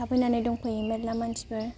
थाफैनानै दंफैयो मेरला मानसिफोर